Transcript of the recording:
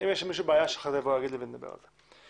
יש למישהו בעיה, שיבוא, יגיד לי ונדבר על זה.